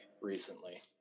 recently